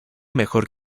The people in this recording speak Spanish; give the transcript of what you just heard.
mejor